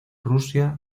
rusia